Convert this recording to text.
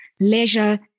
leisure